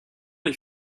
les